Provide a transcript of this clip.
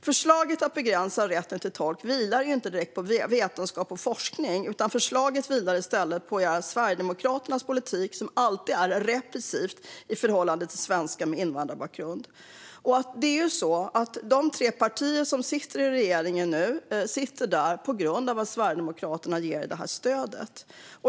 Förslaget att begränsa rätten till tolk vilar inte direkt på vetenskap och forskning, utan förslaget vilar i stället på Sverigedemokraternas politik, som alltid är repressiv i förhållande till svenskar med invandrarbakgrund. De tre partier som sitter i regeringen sitter där tack vare att Sverigedemokraterna ger stödet.